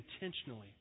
intentionally